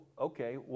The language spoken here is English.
okay